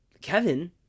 Kevin